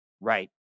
right